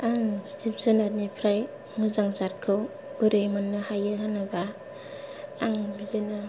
आं जिब जुनारनिफ्राय मोजां जाटखौ बोरै मोननो हायो होनोब्ला आं बिदिनो